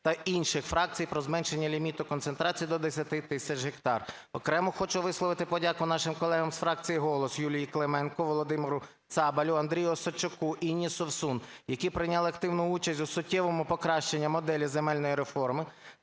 та інших фракцій про зменшення ліміту концентрації до 10 тисяч гектар. Окремо хочу висловити подяку нашим колегам з фракції "Голос" Юлії Клименко, Володимиру Цабалю, Андрію Осадчуку, Інні Совсун, які прийняли активну участь в суттєвому покращені моделі земельної реформи